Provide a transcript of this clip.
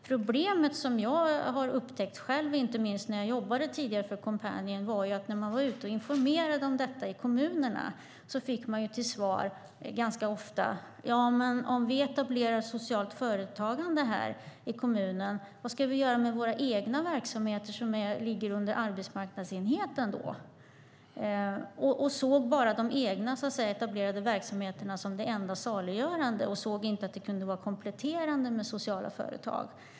Problemet, vilket inte minst jag själv upptäckte när jag tidigare jobbade för Coompanion, är att man när man var ute och informerade om detta i kommunerna ganska ofta fick till svar: Om vi etablerar socialt företagande här i kommunen, vad ska vi då göra med våra egna verksamheter som ligger under arbetsmarknadsenheten? De såg de egna, etablerade verksamheterna som det enda saliggörande och såg inte att det kunde vara kompletterande med sociala företag.